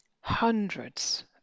hundreds